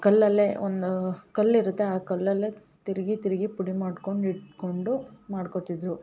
ಕಲ್ಲಲ್ಲೇ ಒಂದು ಕಲ್ಲು ಇರುತ್ತೆ ಆ ಕಲ್ಲಲ್ಲೇ ತಿರ್ವಿ ತಿರ್ವಿ ಪುಡಿ ಮಾಡ್ಕೊಂಡು ಇಟ್ಟುಕೊಂಡು ಮಾಡ್ಕೊತಿದ್ದರು